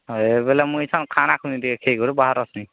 ହଁ ଏ ବୋଲେ ମୁଇଁ ସଁ ଖାନା ଖୁନି ଦେଖି କରି ବାହାରସି